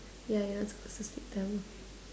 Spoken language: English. ya you're not supposed to speak Tamil